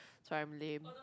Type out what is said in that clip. sorry I'm lame